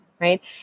right